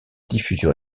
diffusion